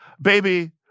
baby